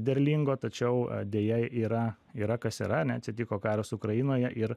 derlingo tačiau deja yra yra kas yra ane atsitiko karas ukrainoje ir